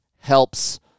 helps